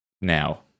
now